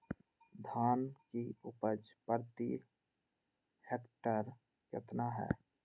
धान की उपज प्रति हेक्टेयर कितना है?